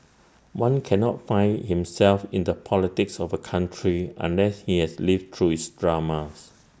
one cannot find himself in the politics of A country unless he has lived through its dramas